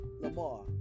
Lamar